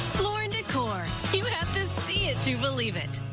floor and decor. you have to see it to believe it.